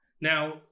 Now